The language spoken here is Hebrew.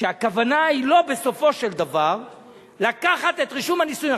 שהכוונה היא לא בסופו של דבר לקחת את רישום הנישואים,